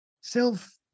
self